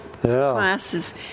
classes